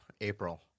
April